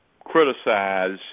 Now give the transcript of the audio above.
Criticize